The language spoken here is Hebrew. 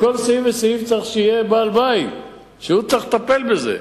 לכל סעיף וסעיף צריך שיהיה בעל-בית שצריך לטפל בזה.